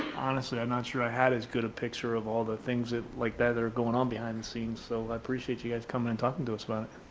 honestly, i'm not sure i had as good a picture of all the things that like that are going on behind the scenes. so i appreciate you guys coming and talking to us